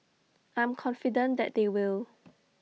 I'm confident that they will